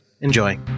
Enjoy